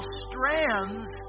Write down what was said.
strands